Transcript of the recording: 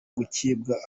gucibwa